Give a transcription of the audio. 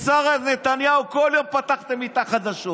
עם שרה נתניהו כל יום פתחתם את החדשות.